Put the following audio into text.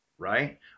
right